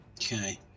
Okay